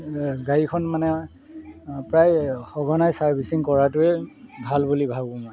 গাড়ীখন মানে প্ৰায় সঘনাই ছাৰ্ভিচিং কৰাটোৱেই ভাল বুলি ভাবোঁ মই